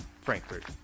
Frankfurt